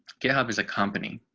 github is a company.